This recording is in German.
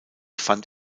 fand